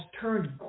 turned